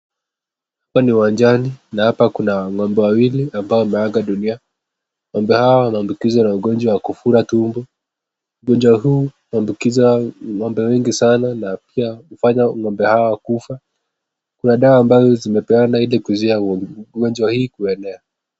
Hapa ni uwanjani na hapa kuna ng'ombe wawili walioaga dunia. Ngombe hawa wameambukizwa na ugonjwa wa kufura tumbo. Ugonjwa huu huambukiza ng'ombe wengi sana na pia hufanya ngombe hawa kufa. Kuna dawa ambazo zimepeanwa ili kuzuia ugonjwa huu kuenea.